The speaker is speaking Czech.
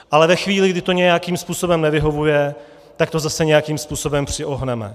Ale ve chvíli, kdy to nějakým způsobem nevyhovuje, tak to zase nějakým způsobem přiohneme.